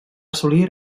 assolir